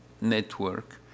network